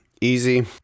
easy